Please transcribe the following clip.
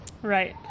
right